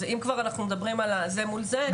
אם כבר אנחנו מדברים על זה מול זה,